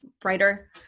brighter